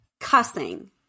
cussing